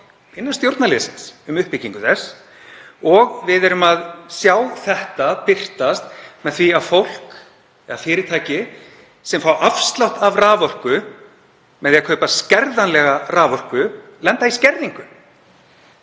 innan stjórnarliðsins um uppbyggingu þess og við sjáum þetta birtast með því að fólk eða fyrirtæki sem fá afslátt af raforku með því að kaupa skerðanlega raforku lenda í skerðingu.